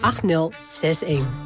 8061